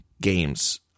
games